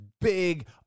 big